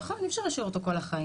נכון, אי אפשר להשאיר אותו כל החיים,